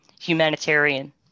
humanitarian